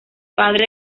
padre